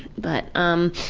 but um.